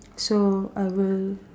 so I will